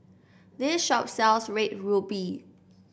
this shop sells Red Ruby